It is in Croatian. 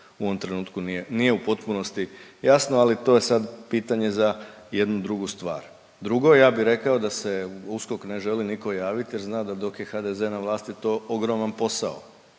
u ovom trenutku nije, nije u potpunosti jasno, ali to je sad pitanje za jednu drugu stvar. Drugo, ja bih rekao da se u USKOK ne želi nitko javiti jer zna da dok je HDZ na vlasti, to ogroman posao,